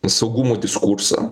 saugumo diskursą